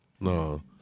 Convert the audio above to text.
No